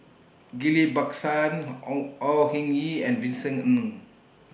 Ghillie Bacsan Au Au Hing Yee and Vincent Ng